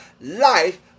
life